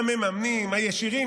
המממנים הישירים,